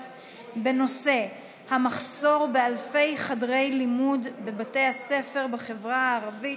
בנושא: המחסור באלפי חדרי לימוד בבתי הספר בחברה הערבית,